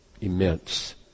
immense